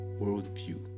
worldview